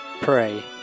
pray